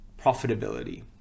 profitability